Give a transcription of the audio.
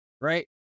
right